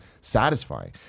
satisfying